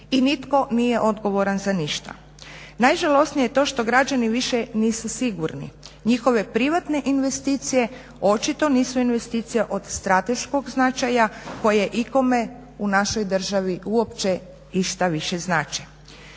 I nitko nije odgovoran za ništa. Najžalosnije je to što građani više nisu sigurni, njihove privatne investicije očito nisu investicije od strateškog značaja koje ikome u našoj državi išta više znače.